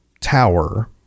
tower